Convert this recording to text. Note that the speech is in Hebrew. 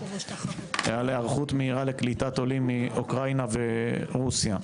על היערכות מהירה לקליטת עולים מאוקראינה ורוסיה.